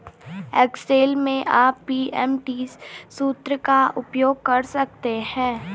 Excel में आप PMT सूत्र का उपयोग कर सकते हैं